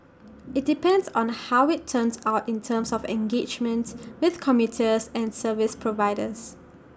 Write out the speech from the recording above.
IT depends on how IT turns out in terms of engagement with commuters and service providers